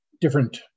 different